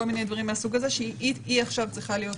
כל מיני דברים מהסוג הזה שהיא עכשיו צריכה להיות